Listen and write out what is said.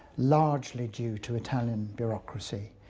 largely due to italian bureaucracy.